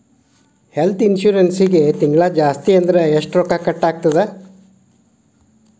ಹೆಲ್ತ್ಇನ್ಸುರೆನ್ಸಿಗೆ ತಿಂಗ್ಳಾ ಜಾಸ್ತಿ ಅಂದ್ರ ಎಷ್ಟ್ ರೊಕ್ಕಾ ಕಟಾಗ್ತದ?